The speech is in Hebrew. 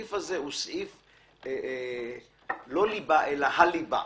שהסעיף הזה הוא לא סעיף ליבה, אלא הליבה.